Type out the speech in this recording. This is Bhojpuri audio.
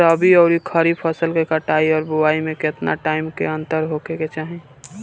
रबी आउर खरीफ फसल के कटाई और बोआई मे केतना टाइम के अंतर होखे के चाही?